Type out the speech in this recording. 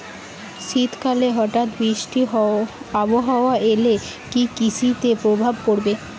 শীত কালে হঠাৎ বৃষ্টি আবহাওয়া এলে কি কৃষি তে প্রভাব পড়বে?